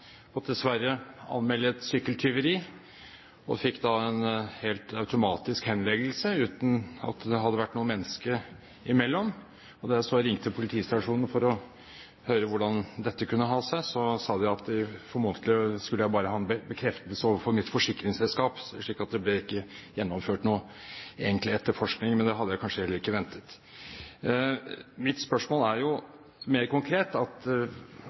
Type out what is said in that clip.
dessverre anmelde et sykkeltyveri og fikk da en automatisk henleggelse uten at det hadde vært noe menneske imellom. Da jeg så ringte politistasjonen for å høre hvordan dette kunne ha seg, sa de at jeg formodentlig bare skulle ha en bekreftelse overfor mitt forsikringsselskap. Så det ble egentlig ikke gjennomført noen etterforskning, men det hadde jeg vel heller ikke ventet. Mitt spørsmål er mer konkret: